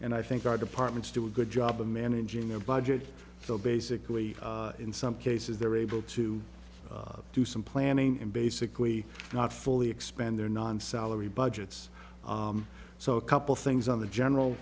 and i think our departments do a good job of managing their budget so basically in some cases they're able to do some planning and basically not fully expand their non salary budgets so a couple things on the general